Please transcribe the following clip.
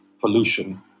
pollution